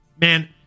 Man